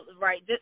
right